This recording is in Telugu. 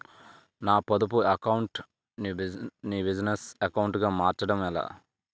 నా పొదుపు అకౌంట్ నీ బిజినెస్ అకౌంట్ గా మార్చడం ఎలా?